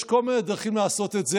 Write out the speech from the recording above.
יש כל מיני דרכים לעשות את זה.